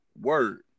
word